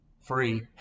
free